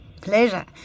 pleasure